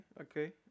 Okay